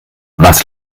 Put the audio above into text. was